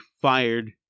fired